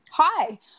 Hi